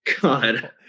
God